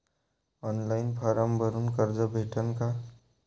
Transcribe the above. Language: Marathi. ऑनलाईन फारम भरून कर्ज भेटन का?